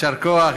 יישר כוח,